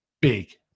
Big